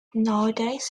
nowadays